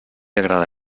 agrada